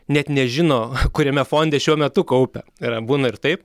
net nežino kuriame fonde šiuo metu kaupia yra būna ir taip